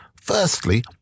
Firstly